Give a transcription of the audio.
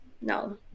no